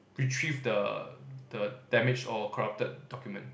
retrieve the the damaged or corrupted document